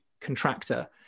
contractor